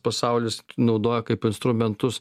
pasaulis naudoja kaip instrumentus